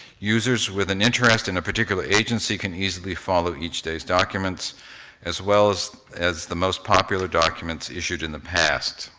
users with an interest in a particular agency can easily follow each day's documents as well as as the most popular documents issued in the past.